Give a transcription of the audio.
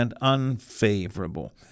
unfavorable